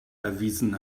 erwiesen